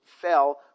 fell